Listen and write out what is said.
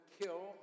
kill